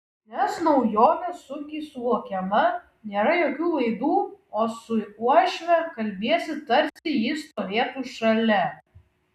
nes naujovė sunkiai suvokiama nėra jokių laidų o su uošve kalbiesi tarsi ji stovėtų šalia